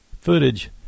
footage